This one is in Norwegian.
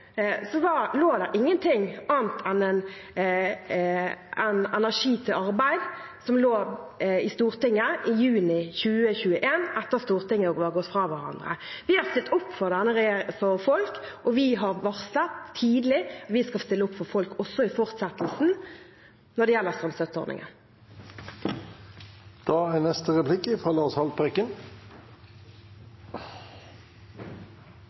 det ingenting annet enn meldingen Energi til arbeid, forelagt Stortinget i juni 2021 etter at Stortinget var gått fra hverandre. Vi har stilt opp for folk, og vi har tidlig varslet at vi skal stille opp for folk også i fortsettelsen når det gjelder strømstøtteordningen.